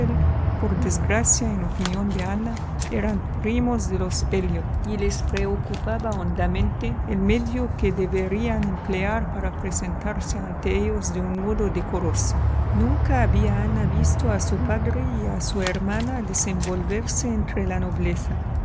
dalrymplepor desgracia en opinión de anaeran primos de los elliot y les preocupaba hondamente el medio que leían emplear para presentarse ante ellos de un modo decoroso nunca había ana visto a su padre y a su hermana desenvolverse entre la nobleza